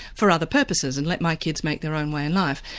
for other purposes and let my kids make their own way in life.